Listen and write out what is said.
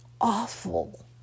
awful